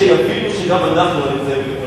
שיבינו שגם אנחנו לא נמצאים בבית-מרקחת.